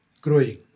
growing